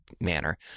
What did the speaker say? manner